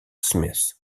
smith